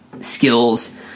skills